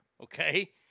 okay